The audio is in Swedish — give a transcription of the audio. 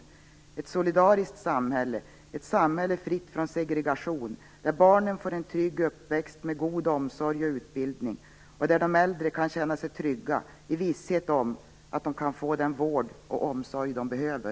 Det är ett solidariskt samhälle, ett samhälle fritt från segregation, där barnen får en trygg uppväxt med god omsorg och utbildning och där de äldre kan känna sig trygga i visshet om att de kan få den vård och omsorg de behöver.